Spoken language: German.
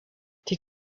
die